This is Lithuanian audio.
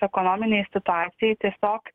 ekonominei situacijai tiesiog